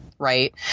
Right